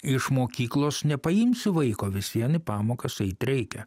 iš mokyklos nepaimsi vaiko vis vien į pamokas eit reikia